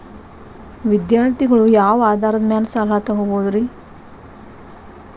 ವಿದ್ಯಾರ್ಥಿಗಳು ಯಾವ ಆಧಾರದ ಮ್ಯಾಲ ಸಾಲ ತಗೋಬೋದ್ರಿ?